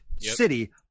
city